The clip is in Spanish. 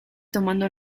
tomando